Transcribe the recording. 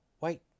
Wait